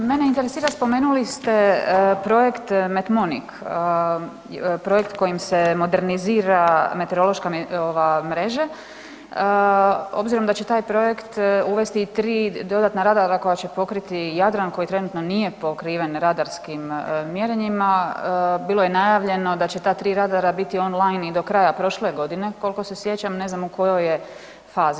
Mene interesira spomenuli ste projekt METMONIC projekt kojim se modernizira meteorološke mreže, obzirom da će taj projekt uvesti tri nova radara koja će pokriti Jadran koji trenutno nije pokriven radarskim mjerenjima, bilo je najavljeno da će ta tri radara biti on line i do kraja prošle godine koliko se sjećam, ne znam u kojoj je fazi.